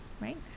right